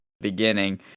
beginning